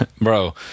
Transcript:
Bro